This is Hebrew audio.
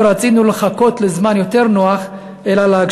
לא רצינו לחכות לזמן נוח יותר,